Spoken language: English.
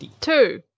Two